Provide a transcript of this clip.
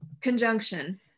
Conjunction